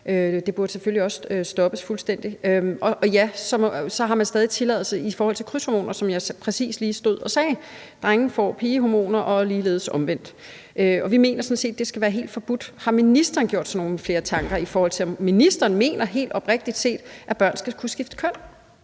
Det burde selvfølgelig også stoppes fuldstændig. Og ja, så har man stadig tilladelse til krydshormoner, som jeg præcis lige stod og sagde. Drenge får pigehormoner – og omvendt. Og vi mener sådan set, at det skal være helt forbudt. Har ministeren gjort sig nogle flere tanker, i forhold til om ministeren helt oprigtigt mener, at børn skal kunne skifte køn?